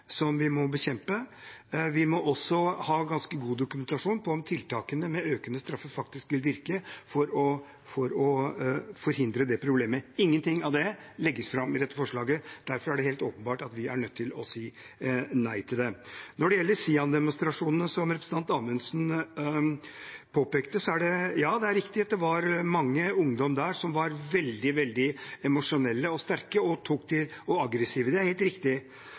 som vi må bekjempe. Vi må også ha ganske god dokumentasjon på om tiltakene med økende straffer vil virke for å forhindre det problemet. Ingenting av det legges fram i dette forslaget. Derfor er det helt åpenbart at vi er nødt til å si nei til det. Når det gjelder SIAN-demonstrasjonene som representanten Amundsen påpekte, er det riktig at det var mange ungdommer der som var veldig, veldig emosjonelle, sterke og aggressive. Det er helt riktig.